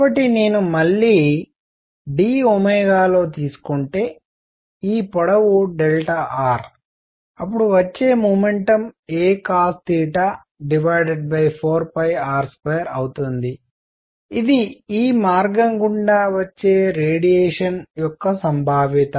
కాబట్టి నేను మళ్ళీ d లో తీసుకుంటే ఈ పొడవు r అప్పుడు వచ్చే మొమెంటం a cos4r2అవుతుంది ఇది ఈ మార్గం గుండా వచ్చే రేడియేషన్ యొక్క సంభావ్యత